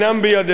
אני מקווה,